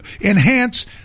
enhance